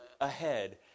ahead